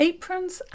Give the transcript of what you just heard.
Aprons